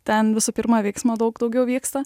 ten visu pirma veiksmo daug daugiau vyksta